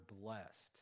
blessed